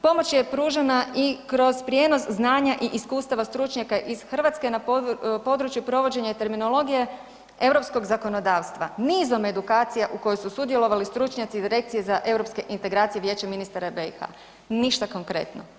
Pomoć je pružena i kroz prijenos znanja i iskustava stručnjaka iz Hrvatske na području provođenja terminologije europskog zakonodavstva nizom edukacija u kojoj su sudjelovali stručnjaci Direkcije za europske integracije Vijeće ministara BiH, ništa konkretno.